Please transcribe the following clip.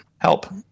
help